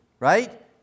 Right